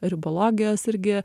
ribologijos irgi